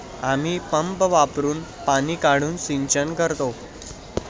आम्ही पंप वापरुन पाणी काढून सिंचन करतो